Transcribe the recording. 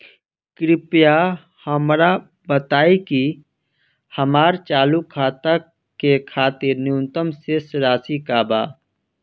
कृपया हमरा बताइ कि हमार चालू खाता के खातिर न्यूनतम शेष राशि का बा